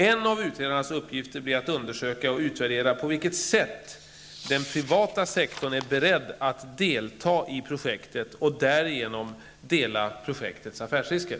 En av utredarens uppgifter blir att undersöka och utvärdera på vilket sätt den privata sektorn är beredd att delta i projektet och därigenom dela projektets affärsrisker.